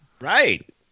Right